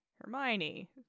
Hermione